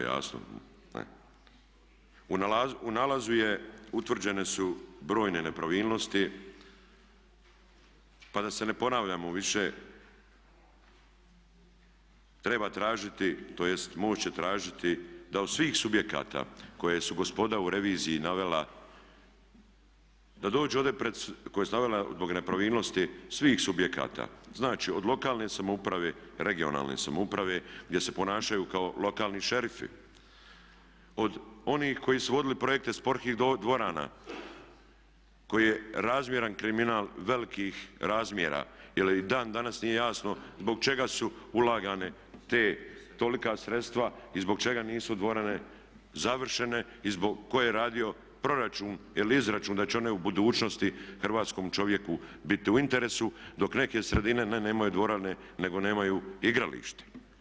U nalazu je, utvrđene su brojne nepravilnosti pa da se ne ponavljamo više treba tražiti, tj. MOST će tražiti da od svih subjekata koje su gospoda u reviziji navela da dođu ovdje pred, koje su navela zbog nepravilnosti svih subjekata znači od lokalne samouprave, regionalne samouprave, gdje se ponašaju kao lokalni šerifi, od onih koji su vodili projekte sportskih dvorana, koji je razmjeran kriminal velikih razmjera ili dan danas nije jasno zbog čega su ulagane te, tolika sredstva i zbog čega nisu dvorane završene i tko je radio proračun ili izračun da će one u budućnosti hrvatskom čovjeku biti u interesu, dok neke sredine nemaju dvorane nego nemaju igralište.